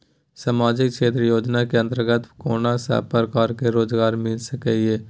सामाजिक क्षेत्र योजना के अंतर्गत कोन सब प्रकार के रोजगार मिल सके ये?